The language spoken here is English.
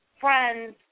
friends